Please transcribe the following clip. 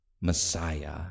Messiah